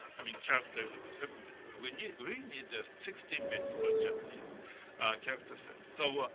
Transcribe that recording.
i mean, character was a seven byte, but we need, we need sixteen bytes for japanese character sets, so